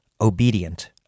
obedient